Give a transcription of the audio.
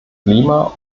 klima